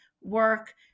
work